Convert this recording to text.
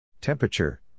Temperature